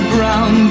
Brown